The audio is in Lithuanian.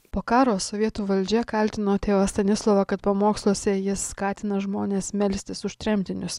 po karo sovietų valdžia kaltino tėvą stanislovą kad pamoksluose jis skatina žmones melstis už tremtinius